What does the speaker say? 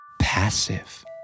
passive